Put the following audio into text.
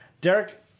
Derek